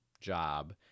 job